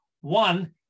One